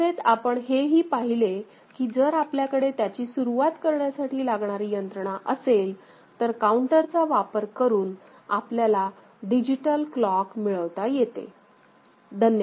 तसेच आपण हेही पाहिले की जर आपल्याकडे त्याची सुरुवात करण्यासाठी लागणारी यंत्रणा असेल तर काउंटरचा वापर करून आपल्याला डिजिटल क्लॉक मिळवता येते